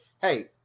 hey